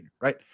right